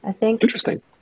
Interesting